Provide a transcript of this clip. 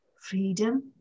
Freedom